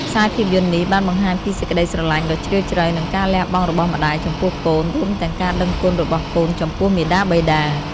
ខ្សែភាពយន្តនេះបានបង្ហាញពីសេចក្ដីស្រឡាញ់ដ៏ជ្រាលជ្រៅ និងការលះបង់របស់ម្តាយចំពោះកូន រួមទាំងការដឹងគុណរបស់កូនចំពោះមាតាបិតា។